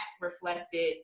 reflected